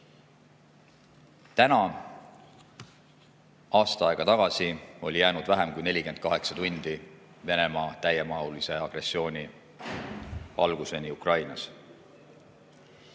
Täna aasta aega tagasi oli jäänud vähem kui 48 tundi Venemaa täiemahulise agressiooni alguseni Ukrainas.